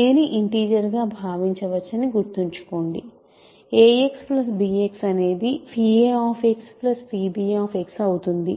a ని integer గా భావించవచ్చని గుర్తుంచుకోండి ax bx అనేది abఅవుతుంది